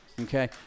Okay